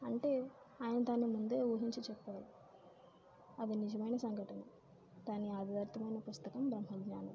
అంటే ఆయన దాన్ని ముందే ఊహించి చెప్పారు అది నిజమైన సంఘటన దాని ఆది వర్తమైన పుస్తకం బ్రహ్మజ్ఞానం